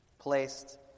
placed